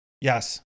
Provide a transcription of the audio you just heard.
Yes